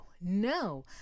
no